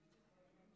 הוא לא רוצה.